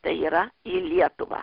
tai yra į lietuvą